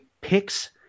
picks